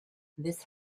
this